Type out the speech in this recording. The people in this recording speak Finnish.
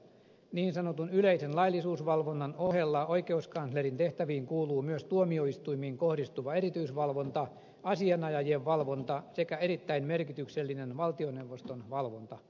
niin sanotun yleisen laillisuusvalvonnan ohella oikeuskanslerin tehtäviin kuuluu myös tuomioistuimiin kohdistuva erityisvalvonta asianajajien valvonta sekä erittäin merkityksellinen valtioneuvoston valvonta